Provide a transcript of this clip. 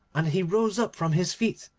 and he rose up from his feet,